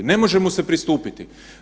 Ne može mu se pristupiti.